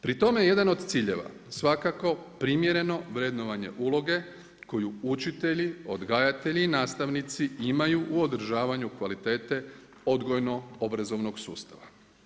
Pri tome jedan od ciljeva svakako primjereno vrednovanje uloge koju učitelji, odgajatelji i nastavnici imaju u održavanju kvalitete odgojno-obrazovnog sustava.